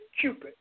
Cupid